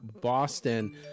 Boston